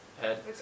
head